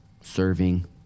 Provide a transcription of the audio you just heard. serving